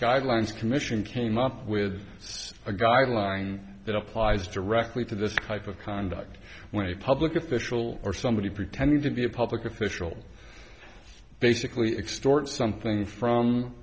guidelines commission came up with a guideline that applies directly to this type of conduct when a public official or somebody pretending to be a public official basically extort something from